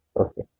okay